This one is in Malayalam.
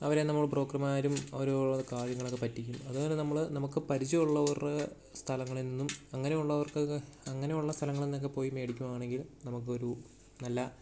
അവരെ നമ്മൾ ബ്രോക്കർമാരും അവർ കാര്യങ്ങളൊക്കെ പറ്റിക്കും അതാണ് നമ്മൾ നമുക്ക് പരിചയമുള്ളവരുടെ സ്ഥലങ്ങളെന്നും അങ്ങനെയുള്ളവർക്കൊക്കെ അങ്ങനെയുള്ള സ്ഥലങ്ങളിൽ നിന്നൊക്കെ പോയി മേടിക്കുകയാണെങ്കിൽ നമുക്കൊരു നല്ല